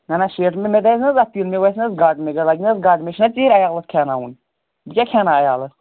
نہ نہ شیٹھ نہٕ مےٚ دَزِ نا حٲز اتھ تیٖل مےٚ گَژھنہٕ حٲز گاٹہٕ مےٚ لَگہِ نا حٲز گاٹہٕ مےٚ چھُنا ژیٖر عیالس کھیاوناوُنۍ بہٕ کیاہ کھیاوناوٕ عیالس